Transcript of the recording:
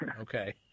Okay